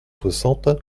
soixante